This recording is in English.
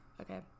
okay